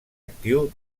actiu